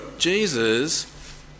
Jesus